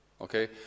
okay